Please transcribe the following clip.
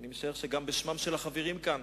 אני משער שגם בשמם של החברים כאן,